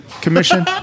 commission